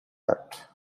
that